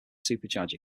supercharger